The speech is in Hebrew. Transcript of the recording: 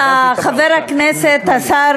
חברת הכנסת עאידה סלימאן,